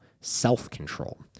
self-control